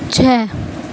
چھ